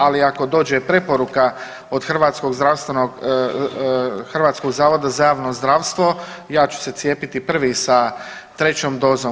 Ali ako dođe preporuka od Hrvatskog zavoda za javno zdravstvo ja ću se cijepiti prvi sa trećom dozom.